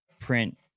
print